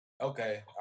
Okay